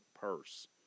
purse